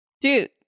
Dude